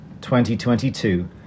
2022